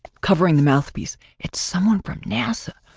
covering the mouthpiece, it's someone from nasa.